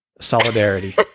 solidarity